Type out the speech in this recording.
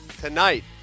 Tonight